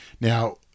Now